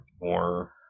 more